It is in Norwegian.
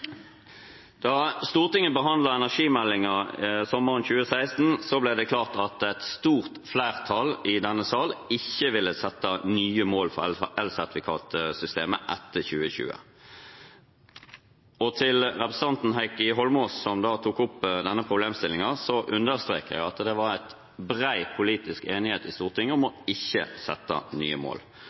Da Stortinget behandlet energimeldingen sommeren 2016, ble det klart at et stort flertall i denne sal ikke ville sette nye mål for elsertifikatsystemet etter 2020. Til representanten Heikki Eidsvoll Holmås, som da tok opp denne problemstillingen, understreker jeg at det var bred politisk enighet i Stortinget om ikke å sette nye mål.